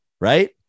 right